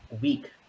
week